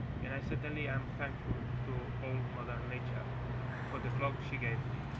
and i certainly am thankful to old mother nature for the cloak she gave me.